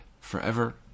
forever